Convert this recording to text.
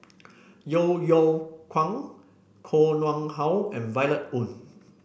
Yeo Yeow Kwang Koh Nguang How and Violet Oon